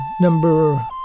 number